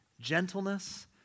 Gentleness